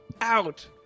out